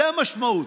זו המשמעות.